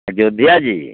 Ayodhya ji